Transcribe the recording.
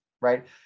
right